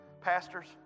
pastors